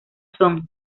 son